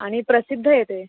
आणि प्रसिद्ध आहे ते